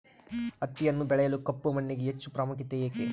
ಹತ್ತಿಯನ್ನು ಬೆಳೆಯಲು ಕಪ್ಪು ಮಣ್ಣಿಗೆ ಹೆಚ್ಚು ಪ್ರಾಮುಖ್ಯತೆ ಏಕೆ?